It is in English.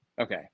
Okay